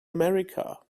america